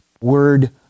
word